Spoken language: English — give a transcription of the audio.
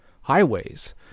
highways